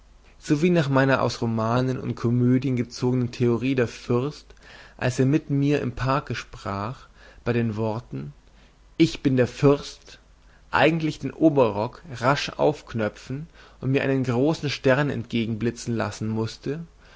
wie nach meiner aus romanen und komödien gezogenen theorie der fürst als er mit mir im parke sprach bei den worten ich bin der fürst eigentlich den oberrock rasch aufknöpfen und mir einen großen stern entgegenblitzen lassen mußte